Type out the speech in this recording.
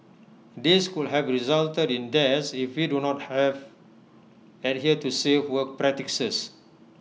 these could have resulted in deaths if we do not have adhere to safe work practices